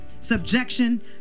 subjection